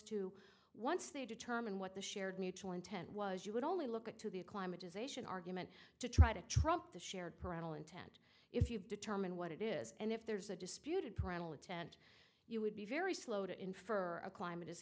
to once they determine what the shared mutual intent was you would only look at to the climate is ation argument to try to trump the shared parental intent if you determine what it is and if there's a disputed parental attent you would be very slow to infer a climate is